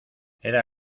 era